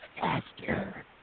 faster